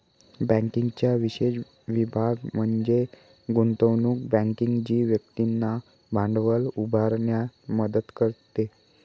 बँकिंगचा विशेष विभाग म्हणजे गुंतवणूक बँकिंग जी व्यक्तींना भांडवल उभारण्यास मदत करते